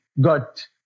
got